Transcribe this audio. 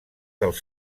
dels